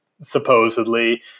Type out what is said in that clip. supposedly